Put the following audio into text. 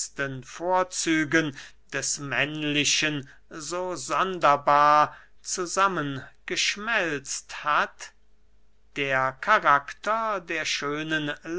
vorzügen des männlichen so sonderbar zusammen geschmelzt hat der karakter der schönen